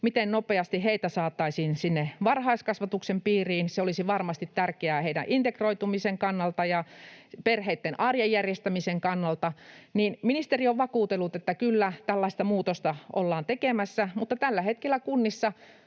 saapuneita lapsia saataisiin sinne varhaiskasvatuksen piiriin. Se olisi varmasti tärkeää heidän integroitumisen kannalta ja perheitten arjen järjestämisen kannalta. Ministeri on vakuutellut, että kyllä tällaista muutosta ollaan tekemässä, mutta tällä hetkellä kunnissa